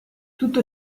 tutto